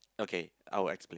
okay I will explain